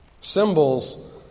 Symbols